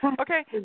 Okay